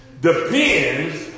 depends